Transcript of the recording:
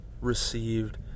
received